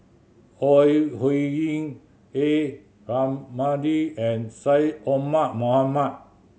Ore Huiying A Ramli and Syed Omar Mohamed